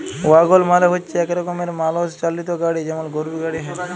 ওয়াগল মালে হচ্যে এক রকমের মালষ চালিত গাড়ি যেমল গরুর গাড়ি হ্যয়